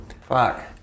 Fuck